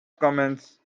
commence